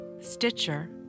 Stitcher